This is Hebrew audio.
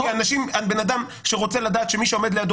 כי בן אדם שרוצה לדעת שמי שעומד לידו